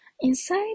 Inside